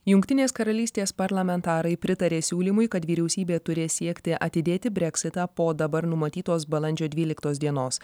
jungtinės karalystės parlamentarai pritarė siūlymui kad vyriausybė turės siekti atidėti breksitą po dabar numatytos balandžio dvyliktos dienos